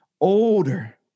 Older